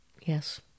Yes